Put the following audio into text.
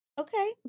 Okay